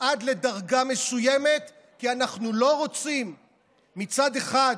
עד לדרגה מסוימת, כי מצד אחד,